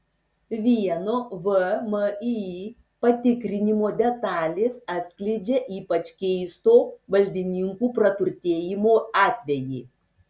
vieno vmi patikrinimo detalės atskleidžia ypač keisto valdininkų praturtėjimo atvejį